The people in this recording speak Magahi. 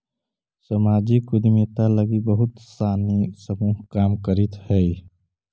सामाजिक उद्यमिता लगी बहुत सानी समूह काम करित हई